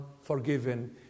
forgiven